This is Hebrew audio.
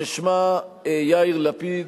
ששמה "יאיר לפיד",